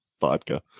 vodka